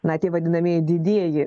na tie vadinamieji didieji